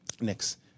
Next